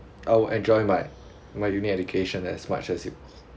I will enjoy my my uni education as much as you